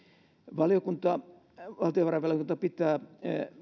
valtiovarainvaliokunta pitää